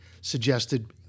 suggested